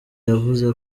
yavuze